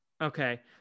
Okay